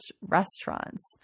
restaurants